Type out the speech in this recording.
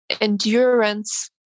endurance